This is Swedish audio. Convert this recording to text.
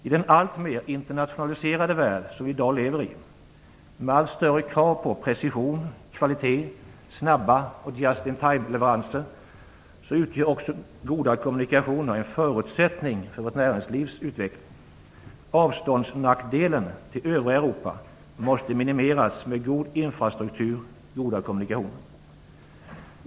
I den alltmer internationaliserade värld som vi i dag lever i, med allt större krav på precision, kvalitet och snabba "just-in-time"-leveranser, utgör goda kommunikationer också en förutsättning för vårt näringslivs utveckling. Avståndsnackdelen i förhållande till övriga Europa måste minimeras med god infrastruktur, med goda kommunikationer.